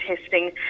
testing